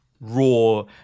raw